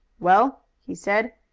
well, he said,